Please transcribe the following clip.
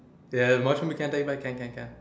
ya watch movie can't take back can can can